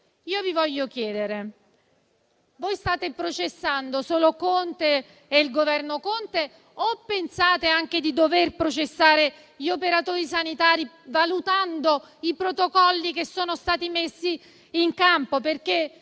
Vi voglio chiedere: state processando solo Conte e il Governo Conte o pensate di dover processare anche gli operatori sanitari, valutando i protocolli che sono stati messi in campo?